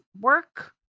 work